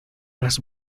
las